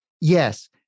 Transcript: Yes